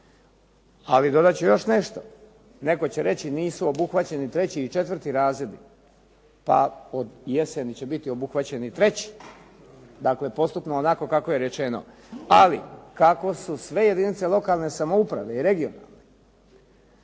Ali dodat ću još nešto. Netko će reći nisu obuhvaćeni treći i četvrti razredi. Pa od jeseni će biti obuhvaćeni treći, dakle postupno onako kako je rečeno. Ali kako su sve jedinice lokalne samouprave i regionalne